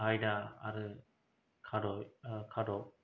आयदा आरो आदब